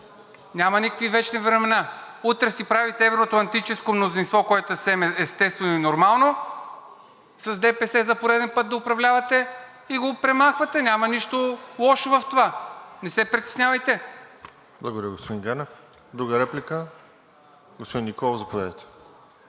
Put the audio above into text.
Няма никакви вечни времена – утре си правите евро-атлантическо мнозинство, което е съвсем естествено и нормално – с ДПС за пореден път да управлявате, и го премахвате, няма нищо лошо в това. Не се притеснявайте. ПРЕДСЕДАТЕЛ РОСЕН ЖЕЛЯЗКОВ: Благодаря, господин Ганев. Друга реплика? Господин Николов, заповядайте.